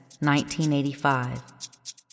1985